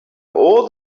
all